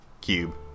cube